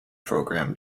program